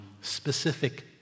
specific